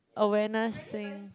awareness thing